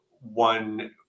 one